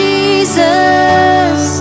Jesus